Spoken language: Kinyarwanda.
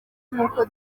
nkuko